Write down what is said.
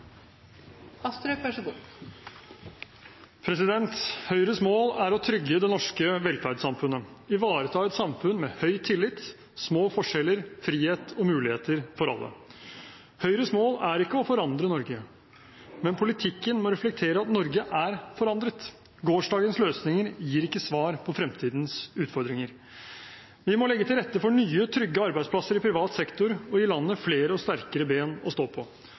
sin aktivitet. Så jeg er helt sikker på at vi og Kristelig Folkeparti kan finne gode løsninger sammen på dette. Replikkordskiftet er omme. Høyres mål er å trygge det norske velferdssamfunnet, ivareta et samfunn med høy tillit, små forskjeller, frihet og muligheter for alle. Høyres mål er ikke å forandre Norge, men politikken må reflektere at Norge er forandret. Gårsdagens løsninger gir ikke svar på fremtidens utfordringer. Vi må legge til rette for nye, trygge arbeidsplasser i privat sektor og